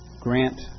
grant